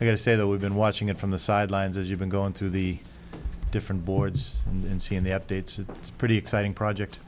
i say that we've been watching it from the sidelines as you've been going through the different boards and seeing the updates and it's pretty exciting project